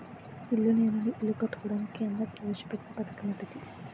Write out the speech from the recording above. ఇల్లు లేనోళ్లు ఇల్లు కట్టుకోవడానికి కేంద్ర ప్రవేశపెట్టిన పధకమటిది